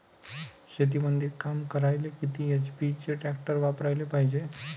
शेतीमंदी काम करायले किती एच.पी चे ट्रॅक्टर वापरायले पायजे?